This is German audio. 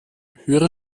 höhere